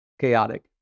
chaotic